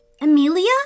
Amelia